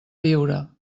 viure